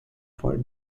for